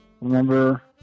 Remember